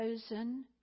chosen